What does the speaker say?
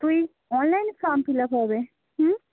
তুই অনলাইনে form fill up হবে হুম